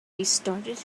restarted